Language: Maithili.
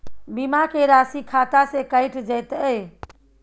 बीमा के राशि खाता से कैट जेतै?